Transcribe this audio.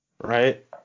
Right